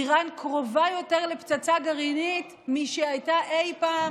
איראן קרובה יותר לפצצה גרעינית משהייתה אי פעם,